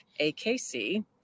AKC